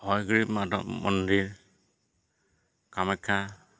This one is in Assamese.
হয়গ্ৰীৱ মাধৱ মন্দিৰ কামাখ্যা